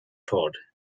pod